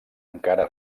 encara